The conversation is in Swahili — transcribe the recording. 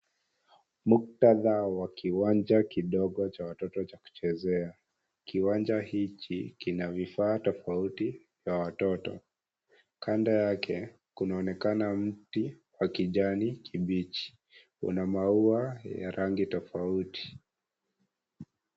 Muktadha wa kiwanja kidogo cha watoto cha kuchezea , kiwanja hiki kina vifaa tofauti vya watoto, kando yake kunaonekana mti wa kijani kibichi una maua ya rangi tofauti.